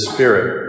Spirit